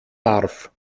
darf